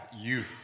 youth